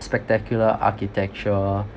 spectacular architecture